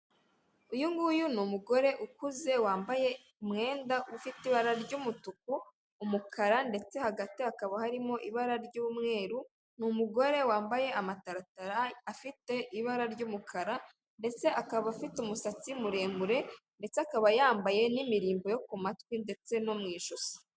Uyu nguyu ni umugore ukuze wambaye umwenda ufite ibara ry'umutuku umukara ndetse hagati hakaba harimo ibara ry'umweru, ni umugore wambaye amataratarai afite ibara ry'umukara ndetse akaba afite umusatsi muremure ndetse akaba yambaye n'imirimbo yo ku matwi ndetse no mu ijosi.